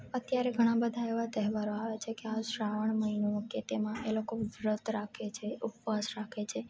અત્યારે ઘણા બધા એવા તહેવારો આવે છે આ શ્રાવણ મહીનો કે તેમાં એ લોકો વ્રત રાખે છે ઉપવાસ રાખે છે